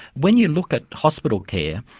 when you look at hospital care,